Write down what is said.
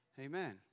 Amen